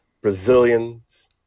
Brazilians